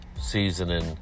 seasoning